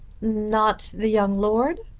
not the young lord?